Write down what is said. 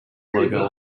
logo